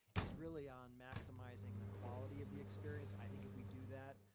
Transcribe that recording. is really on maximizing the quality of the experience. i think if we do that,